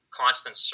constant